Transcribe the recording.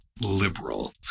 liberal